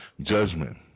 judgment